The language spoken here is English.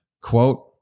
quote